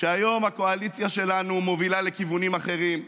שהיום הקואליציה שלנו מובילה לכיוונים אחרים.